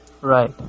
right